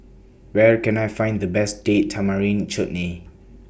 Where Can I Find The Best Date Tamarind Chutney